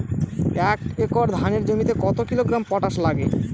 এক একর ধানের জমিতে কত কিলোগ্রাম পটাশ লাগে?